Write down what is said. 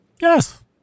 yes